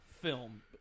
film